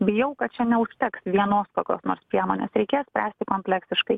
bijau kad čia neužteks vienos kokios nors priemonės reikės spręsti kompleksiškai